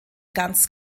ganz